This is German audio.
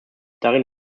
darin